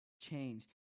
change